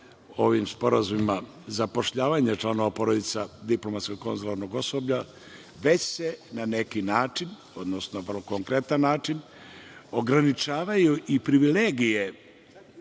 ovim sporazumima zapošljavanje članova porodice diplomatskog i konzularnog osoblja, već se na neki način, odnosno na vrlo konkretan način ograničavaju i privilegije